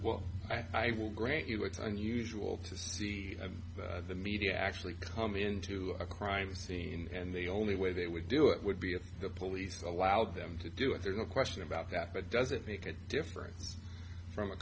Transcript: well i will grant you it's unusual to see the media actually come into a crime scene and the only way they would do it would be if the police allowed them to do it there no question about that but does it make a difference from a